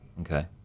Okay